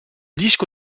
disco